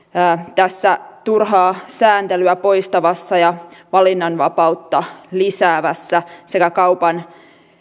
tässä turhaa sääntelyä poistavassa ja valinnanvapautta lisäävässä sekä kaupan